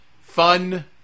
Fun